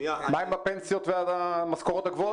מה עם הפנסיות והמשכורות הגבוהות?